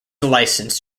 licensed